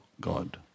God